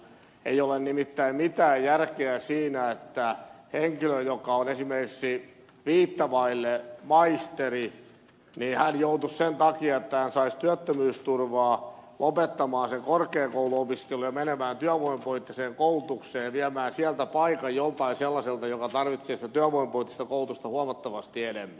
ei ole nimittäin mitään järkeä siinä että henkilö joka on esimerkiksi viittä vaille maisteri joutuisi sen takia että hän saisi työttömyysturvaa lopettamaan korkeakouluopiskelun ja menemään työvoimapoliittiseen koulutukseen ja viemään sieltä paikan joltain sellaiselta joka tarvitsee sitä työvoimapoliittista koulutusta huomattavasti enemmän